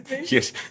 Yes